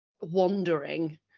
wandering